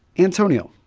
antonio,